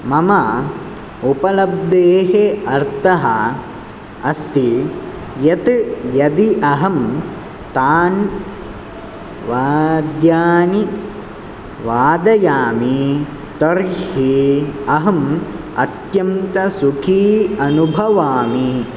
मम उपलब्धेः अर्थः अस्ति यत् यदि अहं तान् वाद्यानि वादयामि तर्हि अहम् अत्यन्तसुखी अनुभवामि